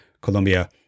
Colombia